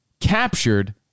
captured